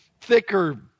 thicker